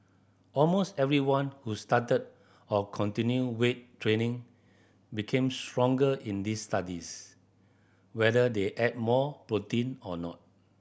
almost everyone who started or continued weight training became stronger in these studies whether they ate more protein or not